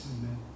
Amen